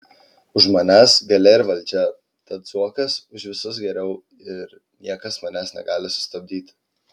už manęs galia ir valdžia tad zuokas už visus geriau ir niekas manęs negali sustabdyti